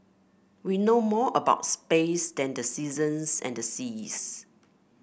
we know more about space than the seasons and the seas